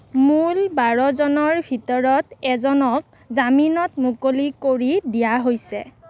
মূল বাৰজনৰ ভিতৰত এজনক জামিনত মুকলি কৰি দিয়া হৈছে